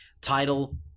title